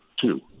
two